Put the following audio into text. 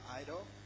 idol